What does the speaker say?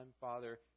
Father